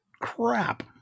crap